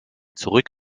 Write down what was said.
zurück